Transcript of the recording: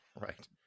Right